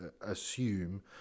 assume